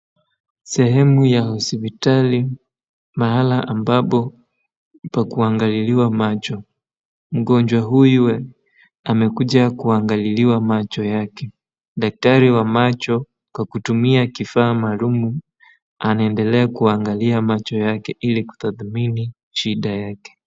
Sehemu ya hospitali mahala ambapo pa kuangaliliwa macho. Mgonjwa huyu amekuja kuangaliliwa macho yake. Daktari wa macho kwa kutumia kifaa maalum anaendelea kuangalia macho yake ili kutadhmini shida yake.